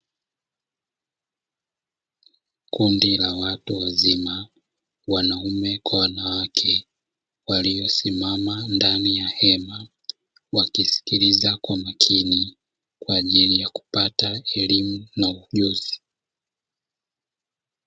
Kundi la watu wazima, wanaume kwa wanawake, waliosimama ndani ya hema, wakisikiliza kwa umakini kwa ajili ya kupata elimu na ujuzi.